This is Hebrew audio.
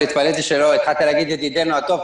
התפלאתי שלא התחלת להגיד "ידידנו הטוב",